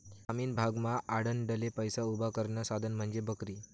ग्रामीण भागमा आडनडले पैसा उभा करानं साधन म्हंजी बकरी